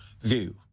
view